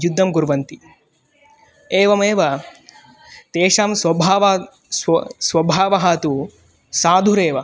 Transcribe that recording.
युद्धं कुर्वन्ति एवमेव तेषां स्वभावः स्व स्वभावः तु साधुरेव